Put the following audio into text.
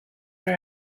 your